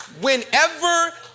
Whenever